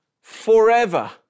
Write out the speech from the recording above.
forever